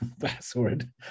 password